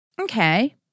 Okay